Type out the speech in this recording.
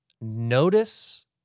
notice